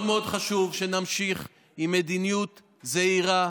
מאוד מאוד חשוב שנמשיך עם מדיניות זהירה,